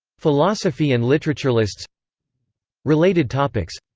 philosophy and literaturelists related topics